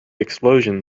explosion